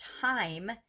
time